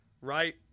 Right